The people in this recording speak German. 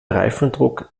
reifendruck